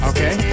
Okay